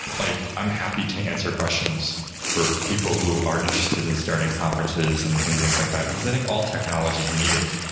like i'm happy to answer questions for people who are interested in starting conferences and and things like that, because i think all technologies need it,